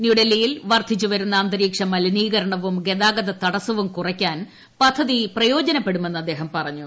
ന്യൂഡൽഹിയിൽ വർദ്ധിച്ചുവരുന്ന അന്തരീക്ഷ മലിനീകരണവും ഗതാഗത തടസവും കുറയ്ക്കാൻ പദ്ധതി പ്രയോജനപ്പെടുമെന്ന് അദ്ദേഹം പറഞ്ഞു